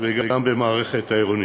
וגם במערכת העירונית.